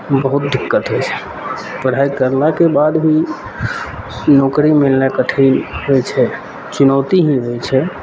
बहुत दिक्कत होइ छै पढ़ाइ करलाके बाद भी नौकरी मिलनाइ कठिन होइ छै चुनौती ही होइ छै